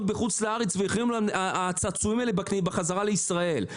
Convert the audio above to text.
בחוץ לארץ והחרימו להם את הצעצועים בחזרה לישראל.